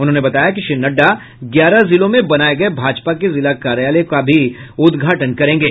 उन्होंने बताया कि श्री नड्डा ग्यारह जिलों में बनाए गए भाजपा के जिला कार्यालयों का भी उद्घाटन करेंगे